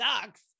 sucks